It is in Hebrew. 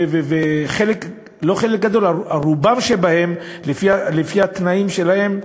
וחלק, לא חלק גדול, רובם, לפי התנאים שלהם,